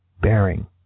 Bearing